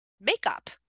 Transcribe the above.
makeup